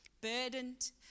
burdened